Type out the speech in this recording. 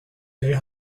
day